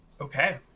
Okay